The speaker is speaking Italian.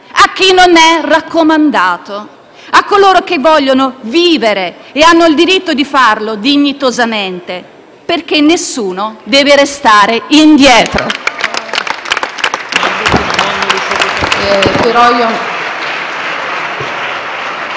a chi non è raccomandato, a coloro che vogliono vivere - e hanno il diritto di farlo - dignitosamente, perché nessuno deve restare indietro.